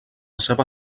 seva